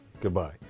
Goodbye